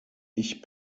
ich